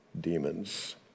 Demons